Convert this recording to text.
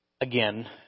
Again